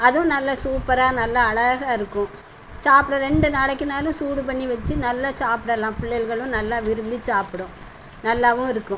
அதுவும் நல்லா சூப்பராக நல்லா அழகா இருக்கும் சாப்பிட ரெண்டு நாளைக்குனாலும் சூடு பண்ணி வைச்சு நல்லா சாப்பிடலாம் பிள்ளைகளும் நல்லா விரும்பி சாப்பிடும் நல்லாவும் இருக்கும்